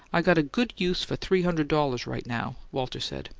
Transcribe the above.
i got a good use for three hundred dollars right now, walter said.